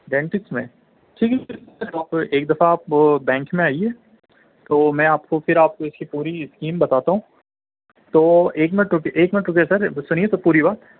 dentist میں ٹھیک ہے پھر آپ ایک دفعہ آپ بینک میں آئیے تو میں آپ کو پھر آپ کو اس کی پوری اسکیم بتاتا ہوں تو ایک منٹ رکیے ایک منٹ رکیے سر سنیے تو پوری بات